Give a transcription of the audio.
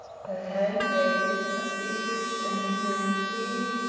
her hand gave his a feverish and lingering squeeze,